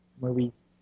movies